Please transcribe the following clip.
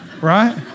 Right